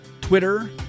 Twitter